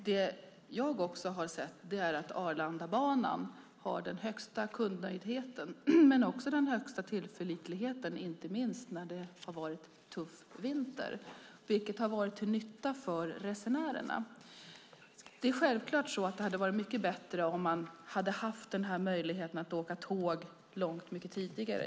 Jag har också sett att Arlandabanan har den högsta kundnöjdheten men också den högsta tillförlitligheten inte minst när det har varit tuff vinter. Det har varit till nytta för resenärerna. Det är självklart att det hade varit mycket bättre om man mycket tidigare hade haft möjligheten att åka tåg.